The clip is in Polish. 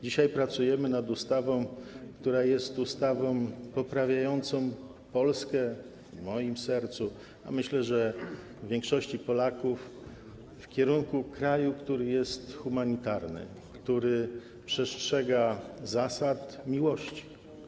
Dzisiaj pracujemy nad ustawą, która jest ustawą poprawiającą Polskę - w moim sercu, myślę, że w większości Polaków - w kierunku kraju, który jest humanitarny, który przestrzega zasad miłości.